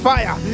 Fire